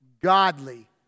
Godly